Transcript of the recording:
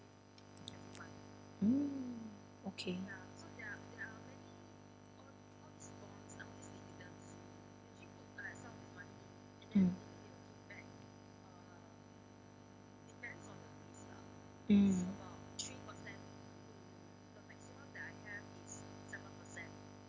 mm okay mm mm